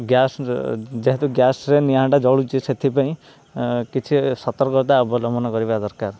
gas ଯେହେତୁ ଗ୍ୟାସ୍ରେ ନିଆଁ ଟା ଜଳୁଛି ସେଥିପାଇଁ କିଛି ସତର୍କତା ଅବଲମ୍ବନ କରିବା ଦରକାର